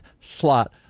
slot